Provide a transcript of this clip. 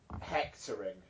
hectoring